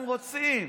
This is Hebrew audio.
הם רוצים.